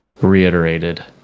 reiterated